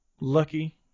lucky